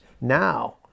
now